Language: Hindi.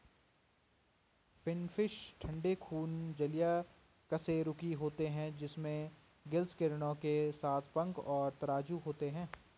फिनफ़िश ठंडे खून जलीय कशेरुकी होते हैं जिनमें गिल्स किरणों के साथ पंख और तराजू होते हैं